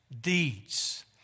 deeds